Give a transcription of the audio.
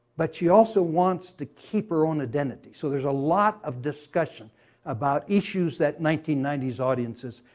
but she also wants to keep her own identity. so there's a lot of discussion about issues that nineteen ninety s audiences,